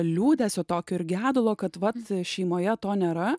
liūdesio tokio ir gedulo kad vat šeimoje to nėra